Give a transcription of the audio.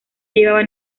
llevaba